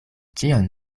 ĉion